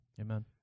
Amen